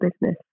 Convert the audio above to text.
business